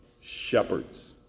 shepherds